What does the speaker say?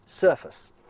surface